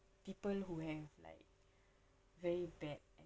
people who have like very bad